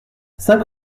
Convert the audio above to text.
cinq